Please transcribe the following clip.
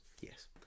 yes